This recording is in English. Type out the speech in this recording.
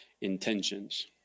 intentions